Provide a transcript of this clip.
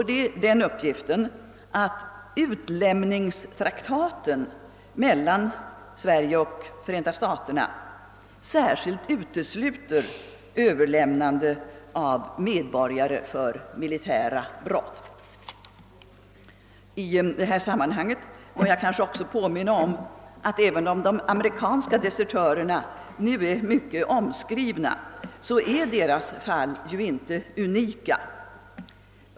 Det framhålles där att utlämningstraktaten mellan Sverige och Förenta staterna särskilt utesluter överlämnande av medborgare på grund av militära brott. I detta sammanhang får jag kanske också påminna om att de amerikanska desertörernas fall, även om det nu är mycket omskrivet, inte är unikt.